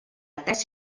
tres